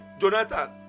Jonathan